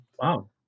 Wow